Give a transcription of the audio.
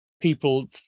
People